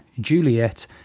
Juliet